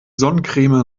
sonnencreme